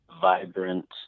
vibrant